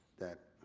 that